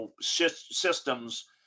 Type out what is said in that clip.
systems